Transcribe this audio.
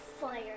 Fire